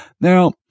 Now